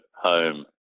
home